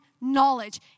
knowledge